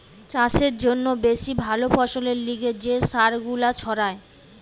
চাষের জন্যে বেশি ভালো ফসলের লিগে যে সার গুলা ছড়ায়